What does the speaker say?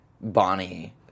Bonnie